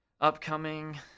upcoming